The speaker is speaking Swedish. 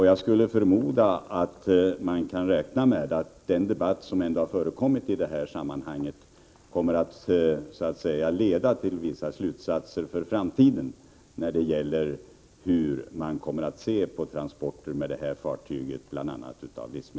Jag skulle förmoda att man kan räkna med att den debatt som ändå förekommit i detta sammanhang kommer att leda till att man drar vissa slutsatser för framtiden i fråga om synen på transporter, bl.a. av livsmedel, med detta fartyg.